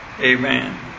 Amen